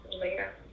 Later